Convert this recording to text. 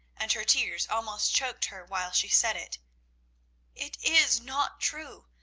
and her tears almost choked her while she said it it is not true.